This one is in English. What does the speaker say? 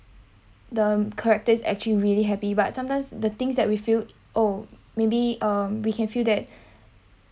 the character is actually really happy but sometimes the things that we feel oh maybe uh we can feel that